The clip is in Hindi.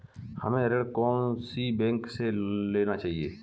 हमें ऋण कौन सी बैंक से लेना चाहिए?